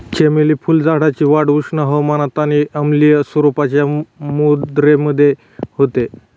चमेली फुलझाडाची वाढ उष्ण हवामानात आणि आम्लीय स्वरूपाच्या मृदेमध्ये होते